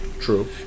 True